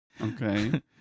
Okay